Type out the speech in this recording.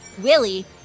Willie